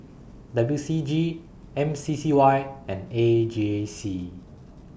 W C G M C C Y and A J C